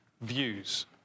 views